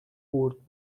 برد